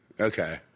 Okay